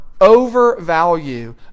overvalue